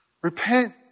Repent